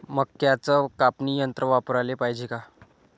मक्क्याचं कापनी यंत्र वापराले पायजे का?